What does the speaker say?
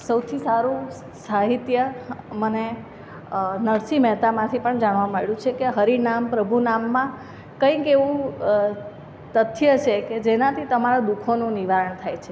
સૌથી સારું સાહિત્ય મને નરસિંહ મહેતામાંથી પણ જાણવા મળ્યું છે કે હરિનામ પ્રભુનામમાં કંઇક એવું તથ્ય છે કે જેનાથી તમારા દુઃખોનું નિવારણ થાય છે